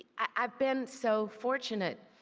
i have been so fortunate.